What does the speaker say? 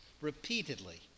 repeatedly